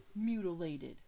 Mutilated